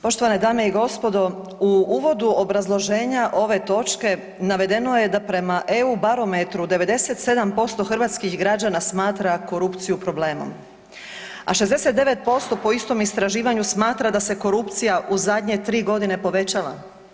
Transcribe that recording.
Poštovane dame i gospodo u uvodu obrazloženja ove točke navedeno je da prema EU barometru 97% hrvatskih građana smatra korupciju problemom, a 69% po istom istraživanju smatra da se korupcija u zadnje 3 godine povećala.